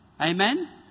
Amen